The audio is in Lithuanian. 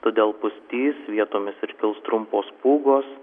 todėl pustys vietomis ir kils trumpos pūgos